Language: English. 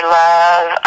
love